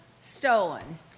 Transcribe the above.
stolen